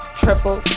triple